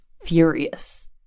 furious